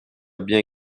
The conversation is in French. bien